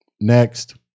Next